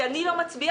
כי אני לא מצביעה,